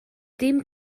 dim